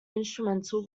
instrumental